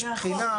יש בחינה,